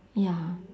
ya